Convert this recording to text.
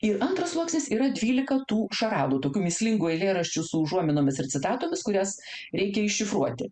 ir antras sluoksnis yra dvylika tų šaradų mįslingų eilėraščių su užuominomis ir citatomis kurias reikia iššifruoti